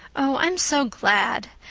oh, i'm so glad.